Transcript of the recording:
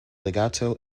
legato